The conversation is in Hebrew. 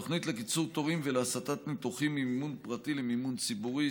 התוכנית לקיצור תורים ולהסטת ניתוחים ממימון פרטי למימון ציבורי,